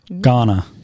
Ghana